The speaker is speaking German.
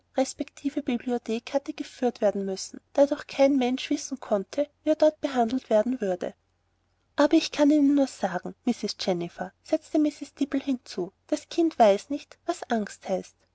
respektive bibliothek hatte geführt werden müssen da doch kein mensch wissen konnte wie er dort behandelt werden würde aber ich kann ihnen nur sagen mrs jennifer setzte mrs dibble hinzu das kind weiß nicht was angst heißt